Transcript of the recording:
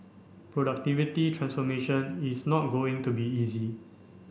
productivity transformation is not going to be easy